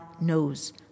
knows